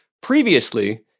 previously